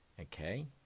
Okay